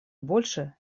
больше